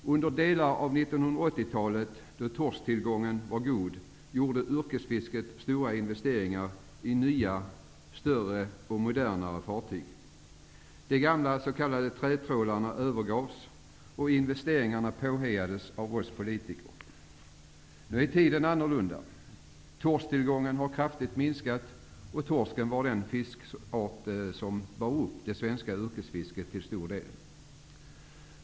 Under delar av 1980 talet, då torsktillgången var god, gjorde de verksamma inom yrkesfisket stora investeringar i nya, större och modernare fartyg. De gamla s.k. trätrålarna övergavs, och investeringarna påhejades av oss politiker. Nu är tiden annorlunda. Torsktillgången har kraftigt minskat, och torsken var den fiskart som till stor del bar upp det svenska yrkesfisket.